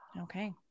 Okay